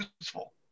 useful